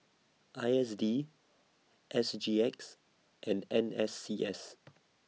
I S D S G X and N S C S